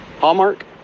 Hallmark